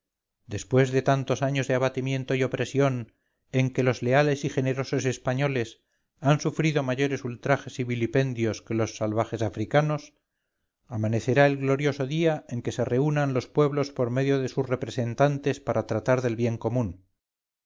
después de tantos años de abatimiento y opresión en que los leales y generosos españoles han sufrido mayores ultrajes y vilipendios que los salvajes africanos amanecerá el glorioso día en que se reúnan los pueblos por medio de sus representantes para tratar del bien común